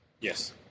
yes